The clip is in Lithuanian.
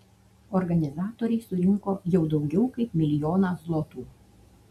organizatoriai surinko jau daugiau kaip milijoną zlotų